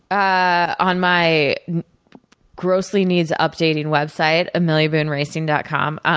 on my grossly-in-need-of-an-update and website, ameliabooneracing dot com.